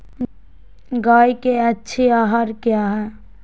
गाय के अच्छी आहार किया है?